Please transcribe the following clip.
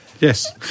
Yes